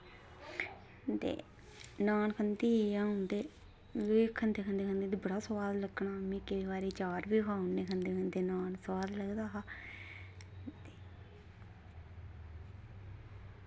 ते नान खंदी ही अ'ऊं ते वे खंदे खंदे खंदे ते बड़ा सुआद लग्गना में केंई बारी चार बी खाई ओड़ने खंदे खंदे नान सुआद लगदा हा